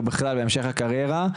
או בכלל בהמשך הקריירה,